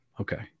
Okay